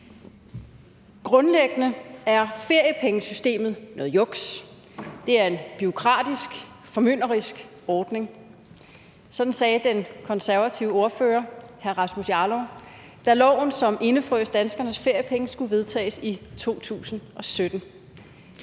Grundlæggende er feriepengesystemet noget juks, det er en bureaukratisk, formynderisk ordning. Sådan sagde den konservative ordfører, hr. Rasmus Jarlov, da loven, som indefrøs danskernes feriepenge, skulle vedtages i 2017.